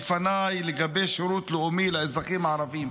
לפניי לגבי שירות לאומי לאזרחים הערבים.